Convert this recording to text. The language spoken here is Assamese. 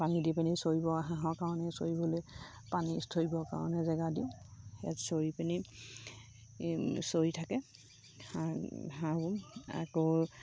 পানী দি পিনি চৰিব হাঁহৰ কাৰণে চৰিবলৈ পানী চৰিবৰ কাৰণে জেগা দিওঁ সেই চৰি পিনি চৰি থাকে হাঁহ হাঁহবোৰ আকৌ